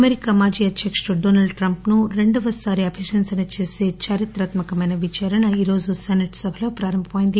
America మాజీ అధ్యకుడు Donald Trump ను రెండవసారి అభిశంసన చేసే చారిత్రాత్మ కమైన విచారణ ఈరోజు సెసెట్ సభలో ప్రారంభమైంది